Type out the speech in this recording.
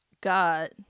God